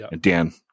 Dan